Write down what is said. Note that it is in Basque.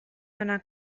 onak